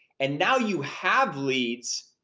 and now you have leads,